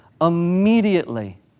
immediately